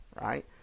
right